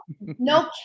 no